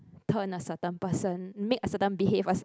turn a certain person make a certain behave us